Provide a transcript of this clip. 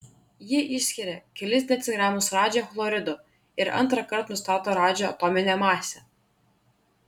ji išskiria kelis decigramus radžio chlorido ir antrąkart nustato radžio atominę masę